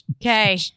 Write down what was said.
Okay